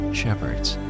shepherds